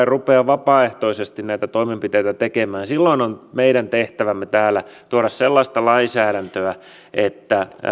rupea vapaaehtoisesti näitä toimenpiteitä tekemään silloin on meidän tehtävämme täällä tuoda sellaista lainsäädäntöä että